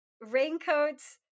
raincoats